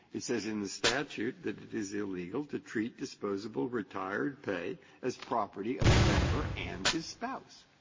it says in the statute that it is illegal to treat disposable retired pay as property of the member and his spouse.